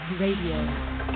Radio